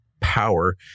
power